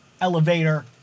elevator